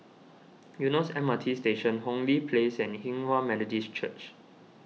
Eunos M R T Station Hong Lee Place and Hinghwa Methodist Church